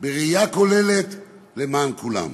בראייה כוללת למען כולם.